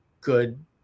good